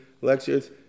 lectures